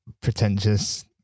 pretentious